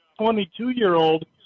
22-year-old